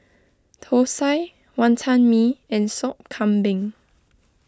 Thosai Wantan Mee and Sop Kambing